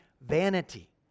vanity